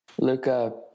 Luca